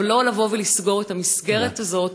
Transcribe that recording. אבל לא לסגור את המסגרת הזאת,